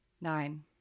Nine